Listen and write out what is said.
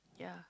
ya